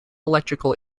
electrical